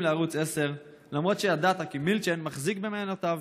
לערוץ 10 למרות שידעת כי מילצ'ן מחזיק במניותיו.